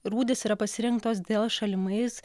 rūdys yra pasirinktos dėl šalimais